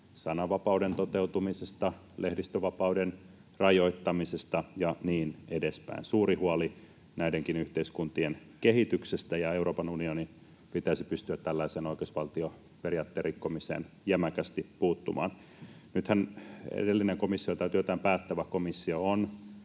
sananvapauden toteutumisesta, lehdistönvapauden rajoittamisesta ja niin edespäin. On suuri huoli näidenkin yhteiskuntien kehityksestä, ja Euroopan unionin pitäisi pystyä tällaiseen oikeusvaltioperiaatteen rikkomiseen jämäkästi puuttumaan. Nythän työtään päättävä komissio,